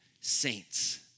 saints